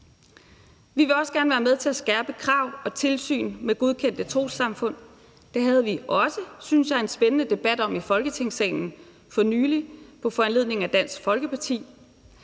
Vi vil også gerne være med til at skærpe krav og tilsyn med godkendte trossamfund. Det havde vi også, synes jeg, en spændende debat om i Folketingssalen for nylig på foranledning af Dansk Folkeparti.